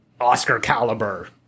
Oscar-caliber